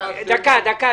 ------ רגע אחד.